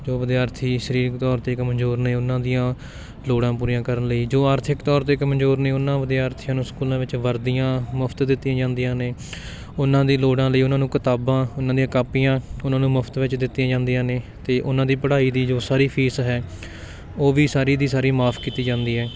ਜੋ ਵਿਦਿਆਰਥੀ ਸਰੀਰਿਕ ਤੌਰ 'ਤੇ ਕਮਜ਼ੋਰ ਨੇ ਉਹਨਾਂ ਦੀਆਂ ਲੋੜਾਂ ਪੂਰੀਆਂ ਕਰਨ ਲਈ ਜੋ ਆਰਥਿਕ ਤੌਰ 'ਤੇ ਕਮਜ਼ੋਰ ਨੇ ਉਹਨਾਂ ਵਿਦਿਆਰਥੀਆਂ ਨੂੰ ਸਕੂਲਾਂ ਵਿੱਚ ਵਰਦੀਆਂ ਮੁਫ਼ਤ ਦਿੱਤੀਆਂ ਜਾਂਦੀਆਂ ਨੇ ਉਹਨਾਂ ਦੀ ਲੋੜਾਂ ਲਈ ਉਹਨਾਂ ਨੂੰ ਕਿਤਾਬਾਂ ਉਹਨਾਂ ਦੀਆਂ ਕਾਪੀਆਂ ਉਹਨਾਂ ਨੂੰ ਮੁਫ਼ਤ ਵਿੱਚ ਦਿੱਤੀਆਂ ਜਾਂਦੀਆਂ ਨੇ ਅਤੇ ਉਹਨਾਂ ਦੀ ਪੜ੍ਹਾਈ ਦੀ ਜੋ ਸਾਰੀ ਫੀਸ ਹੈ ਉਹ ਵੀ ਸਾਰੀ ਦੀ ਸਾਰੀ ਮਾਫ਼ ਕੀਤੀ ਜਾਂਦੀ ਹੈ